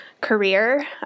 career